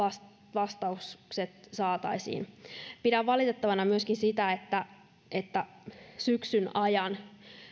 vastaukset saataisiin pidän valitettavana myöskin sitä että että syksyn ajan